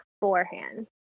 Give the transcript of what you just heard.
beforehand